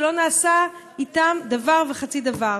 שלא נעשה אתן דבר וחצי דבר.